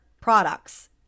products